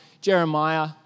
Jeremiah